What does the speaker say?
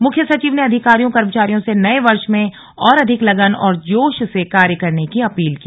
मुख्य सचिव ने अधिकारियों कर्मचारियों से नये वर्ष में और अधिक लगन और जोश से कार्य करने की अपील की